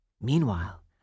Meanwhile